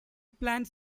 plans